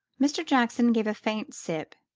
mr. jackson gave a faint sip,